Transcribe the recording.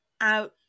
out